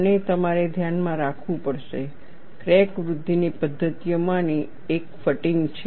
અને તમારે ધ્યાનમાં રાખવું પડશે ક્રેક વૃદ્ધિની પદ્ધતિઓમાંની એક ફટીગ છે